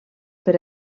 per